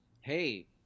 hey